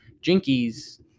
Jinkies